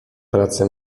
pracy